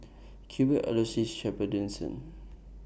Cuthbert Aloysius Shepherdson